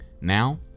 Now